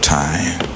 time